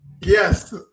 Yes